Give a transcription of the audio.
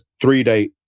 three-day